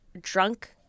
Drunk